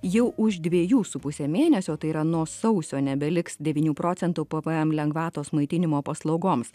jau už dviejų su puse mėnesio tai yra nuo sausio nebeliks devynių procentų pvm lengvatos maitinimo paslaugoms